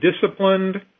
disciplined